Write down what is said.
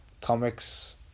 comics